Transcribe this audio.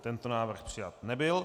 Tento návrh přijat nebyl.